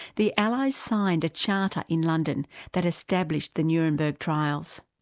the allies signed a charter in london that established the nuremberg trials.